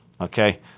okay